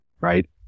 right